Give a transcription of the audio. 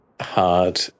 hard